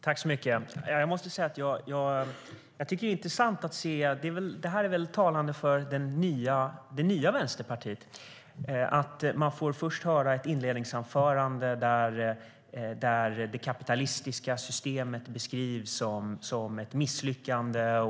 Herr talman! Jag måste säga att det är intressant att lyssna på Håkan Svenneling. Det är väl talande för det nya Vänsterpartiet. Först får vi höra ett inledningsanförande där det kapitalistiska systemet beskrivs som ett misslyckande.